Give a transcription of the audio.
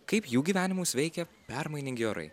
kaip jų gyvenimus veikia permainingi orai